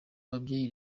babyeyi